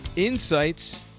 Insights